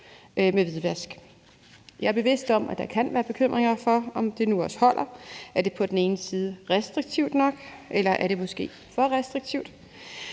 til hvidvask. Jeg er bevidst om, at der kan være bekymringer for, om det nu også holder. Er det på den ene side restriktivt nok? Eller er det måske for restriktivt?